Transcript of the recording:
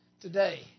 today